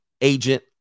agent